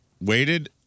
waited